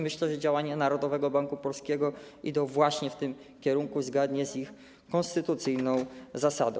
Myślę, że działania Narodowego Banku Polskiego idą właśnie w tym kierunku zgodnie z ich konstytucyjną zasadą.